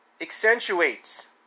Accentuates